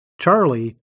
Charlie